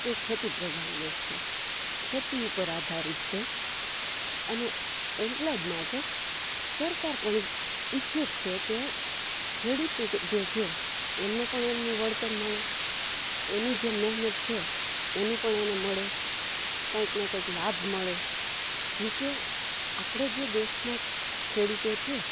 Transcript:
તે ખેતી પ્રધાન દેશ છે ખેતી ઉપર આધારિત છે અને એટલાં જ માટે સરકાર પણ ઈચ્છે જ છે કે ખેડૂતો જે છે એમને પણ એમનું વળતર મળે એની જે મહેનત છે એનું પણ એને મળે કંઇક ને કંઇક લાભ મળે જો કે આપણે જે દેશનાં ખેડૂતો છે